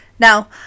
Now